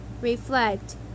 reflect